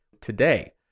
today